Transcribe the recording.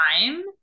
time